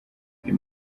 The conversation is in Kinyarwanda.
uyu